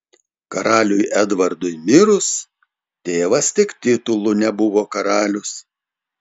karaliui edvardui mirus tėvas tik titulu nebuvo karalius